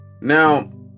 Now